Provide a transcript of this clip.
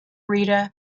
rita